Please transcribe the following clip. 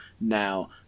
now